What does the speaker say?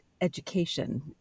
education